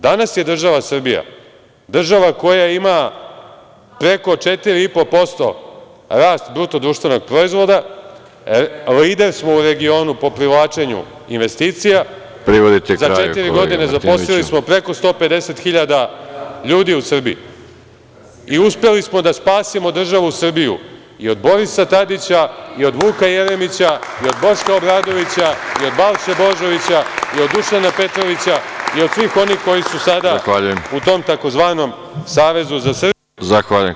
Danas je država Srbija država koja ima preko 4,5% rast BDP, lider smo u regionu po privlačenju investicija, za četiri godine zaposlili smo preko 150.000 ljudi u Srbiji i uspeli smo da spasimo državu Srbiju i od Borisa Tadića i od Vuka Jeremića i od Boška Obradovića i od Balše Božovića i od Dušana Petrovića i od svih onih koji su sada u tom tzv. Savezu za Srbiju.